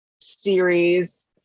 series